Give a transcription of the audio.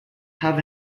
have